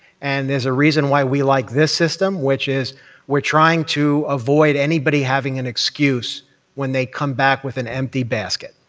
and there's a reason why we like this system, which is we're trying to avoid anybody having an excuse when they come back with an empty basket,